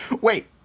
wait